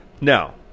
now